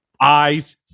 eyes